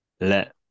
let